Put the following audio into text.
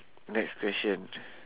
next question